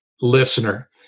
listener